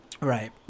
Right